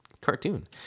cartoon